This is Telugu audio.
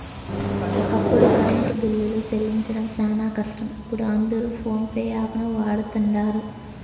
ఒకప్పుడు కరెంటు బిల్లులు సెల్లించడం శానా కష్టం, ఇపుడు అందరు పోన్పే యాపును వాడతండారు